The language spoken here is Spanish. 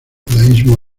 judaísmo